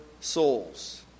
souls